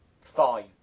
fine